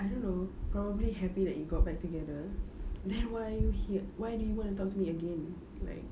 I don't know probably happy that you got back together then why he why do you want to talk to me again like